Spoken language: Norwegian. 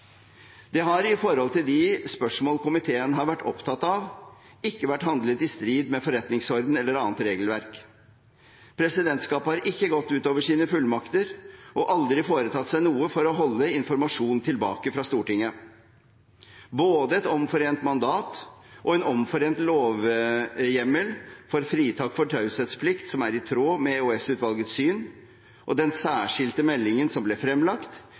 Det har i forhold til de spørsmål komiteen har vært opptatt av, ikke vært handlet i strid med forretningsordenen eller annet regelverk. Presidentskapet har ikke gått utover sine fullmakter og aldri foretatt seg noe for å holde informasjon tilbake fra Stortinget. Både et omforent mandat og en omforent lovhjemmel for fritak fra taushetsplikt, som er i tråd med EOS-utvalgets syn, og den særskilte meldingen som ble fremlagt,